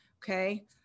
okay